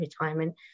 retirement